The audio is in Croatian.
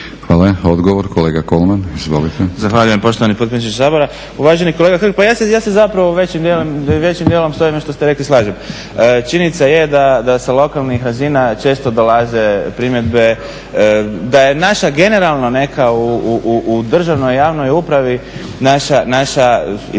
Hvala. Odgovor kolega Kolman. Izvolite. **Kolman, Igor (HNS)** Zahvaljujem poštovani potpredsjedniče Sabora. Uvaženi kolega Hrg, pa ja se zapravo većim djelom s ovime što ste rekli slažem. Činjenica je da se lokalni razina često dolaze primjedbe, da je naša generalno neka u državnoj i javnoj upravi, naša ideologija